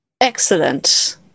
Excellent